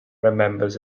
remembers